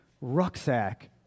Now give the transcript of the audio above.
rucksack